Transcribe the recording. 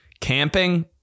Camping